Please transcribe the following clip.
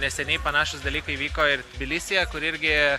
neseniai panašūs dalykai vyko ir tbilisyje kur irgi